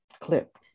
clip